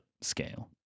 scale